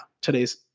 today's